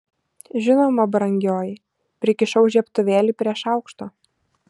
žinoma brangioji prikišau žiebtuvėlį prie šaukšto